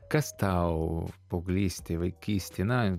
kas tau paauglystėj vaikystėj na